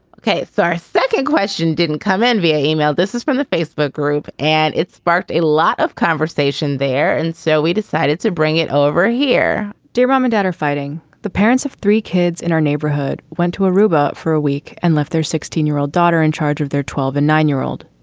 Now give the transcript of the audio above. okay. so our second question didn't come in via email. this is from the facebook group and it sparked a lot of conversation there. and so we decided to bring it over here dear mom and dad are fighting. the parents of three kids in our neighborhood went to aruba for a week and left their sixteen year old daughter in charge of their twelve and nine year old.